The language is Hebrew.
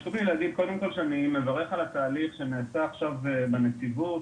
חשוב לי להגיד שאני מברך על התהליך שנעשה עכשיו בנציבות,